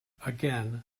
again